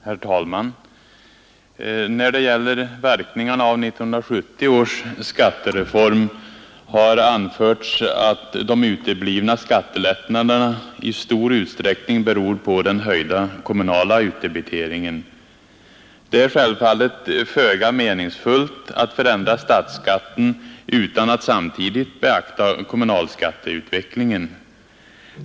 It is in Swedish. Herr talman! När det gäller verkningarna av 1970 års skattereform har anförts att de uteblivna skattelättnaderna i stor utsträckning beror på den höjda kommunala utdebiteringen. Det är självfallet föga meningsfullt att förändra statsskatten utan att samtidigt beakta kommunalskatteutvecklingen.